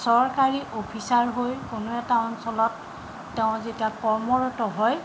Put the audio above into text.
চৰকাৰী অফিচাৰ হৈ কোনো এটা অঞ্চলত তেওঁ যেতিয়া কৰ্মৰত হয়